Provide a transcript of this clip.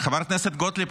חברת הכנסת גוטליב,